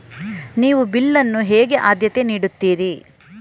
ನೀವು ಬಿಲ್ ಅನ್ನು ಹೇಗೆ ಆದ್ಯತೆ ನೀಡುತ್ತೀರಿ?